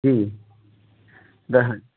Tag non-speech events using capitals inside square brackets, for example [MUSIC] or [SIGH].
جی [UNINTELLIGIBLE]